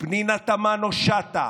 פנינה תמנו שטה,